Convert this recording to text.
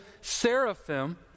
Seraphim